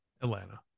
Atlanta